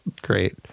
Great